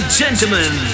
gentlemen